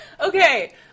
Okay